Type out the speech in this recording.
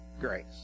grace